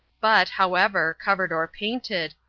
but, however, covered or painted,